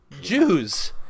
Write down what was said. Jews